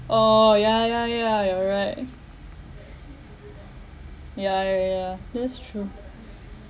oh ya ya ya you're right ya ya ya that's true